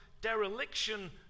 dereliction